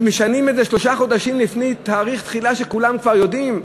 ומשנים את זה שלושה חודשים לפני תאריך התחילה כשכולם כבר יודעים.